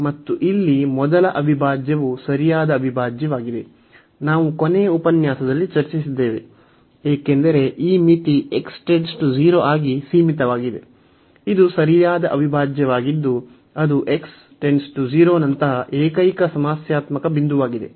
ಮತ್ತು ಇಲ್ಲಿ ಮೊದಲ ಅವಿಭಾಜ್ಯವು ಸರಿಯಾದ ಅವಿಭಾಜ್ಯವಾಗಿದೆ ನಾವು ಕೊನೆಯ ಉಪನ್ಯಾಸದಲ್ಲಿ ಚರ್ಚಿಸಿದ್ದೇವೆ ಏಕೆಂದರೆ ಈ ಮಿತಿ ಆಗಿ ಸೀಮಿತವಾಗಿದೆ ಇದು ಸರಿಯಾದ ಅವಿಭಾಜ್ಯವಾಗಿದ್ದು ಅದು ನಂತಹ ಏಕೈಕ ಸಮಸ್ಯಾತ್ಮಕ ಬಿಂದುವಾಗಿದೆ